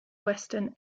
western